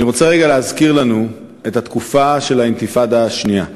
אני רוצה רגע להזכיר לנו את התקופה של האינתיפאדה השנייה.